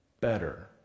better